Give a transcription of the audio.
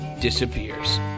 disappears